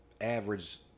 average